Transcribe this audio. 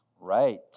Right